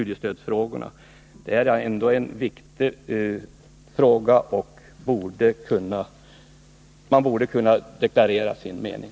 Det är ändå viktiga frågor, varför man borde kunna deklarera sin mening.